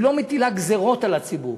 היא לא מטילה גזירות על הציבור,